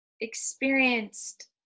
experienced